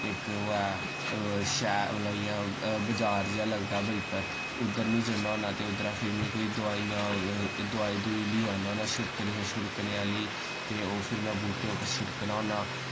इक ओह् ऐ मतलब इय्यां बजार जेहा लगदा पर उद्धर मि जन्ना होन्नां ते उद्धरा फिर मि कोई दोआइयां दोआई दुई ली आना होन्नां छिड़कने छुड़कने आह्ली ते ओह् फिर मैं बूह्टें उप्पर छिड़कना होन्नां